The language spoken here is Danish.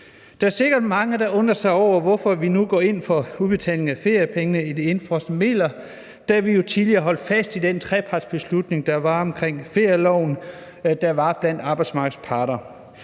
Der er sikkert mange, der undrer sig over, hvorfor vi nu går ind for udbetaling af feriepengene fra de indefrosne midler, da vi jo hidtil har holdt fast i den trepartsbeslutning, der blev taget omkring ferieloven af arbejdsmarkedets parter.